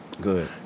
Good